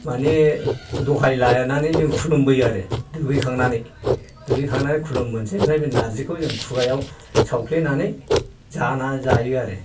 माने दहाय लानानै जों खुलुम बोयो आरो दुगैखांनानै दुगैखांनानै खुलुम बोनोसै ओमफ्राय बे नार्जिखौ खुगायाव सावफ्लेनानै जाना जायो आरो